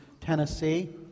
Tennessee